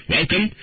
Welcome